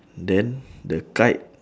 then the kite